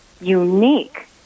unique